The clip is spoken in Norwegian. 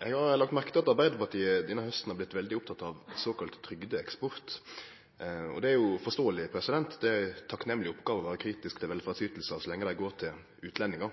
har lagt merke til at Arbeidarpartiet denne hausten har vorte veldig oppteken av såkalla trygdeeksport. Det er forståeleg, det er ei takknemleg oppgåve å vere kritisk til velferdsytingar så lenge dei går til utlendingar.